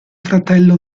fratello